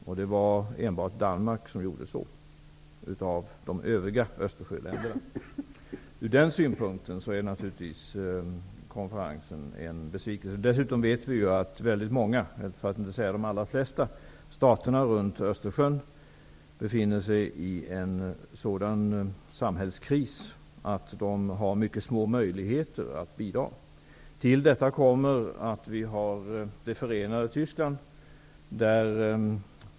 Av de övriga Östersjöländerna var det enbart Danmark som gjorde så. Från den synpunkten var konferensen naturligtvis en besvikelse. Vi vet dessutom att de allra flesta staterna runt Östersjön befinner sig i en sådan samhällskris att de har mycket små möjligheter att bidra. Till detta kommer det förenade Tyskland.